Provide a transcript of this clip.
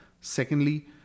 secondly